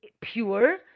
pure